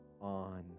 on